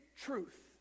truth